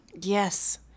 Yes